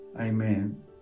Amen